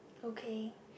okay